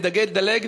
אני אדלג,